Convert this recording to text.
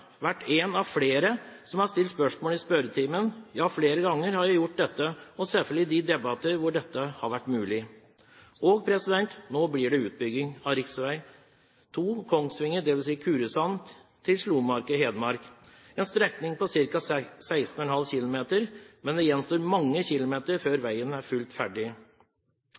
av flere som har stilt spørsmål i spørretimen – ja, flere ganger har jeg gjort dette, og selvfølgelig i de debatter hvor dette har vært mulig. Og nå blir det utbygging av rv. 2 Kongsvinger, dvs. Kurusand, til Slomarka i Hedmark – en strekning på ca. 16,5 km, men det gjenstår mange kilometer før veien er fullt ferdig.